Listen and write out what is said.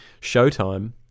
Showtime